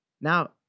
Now